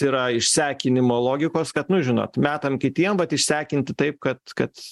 yra išsekinimo logikos kad nu žinot metam kitiem vat išsekinti taip kad kad